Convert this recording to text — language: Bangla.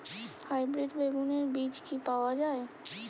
হাইব্রিড বেগুনের বীজ কি পাওয়া য়ায়?